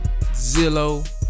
Zillow